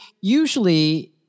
usually